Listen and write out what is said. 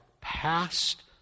past